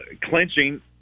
clinching